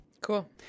Cool